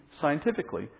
scientifically